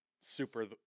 super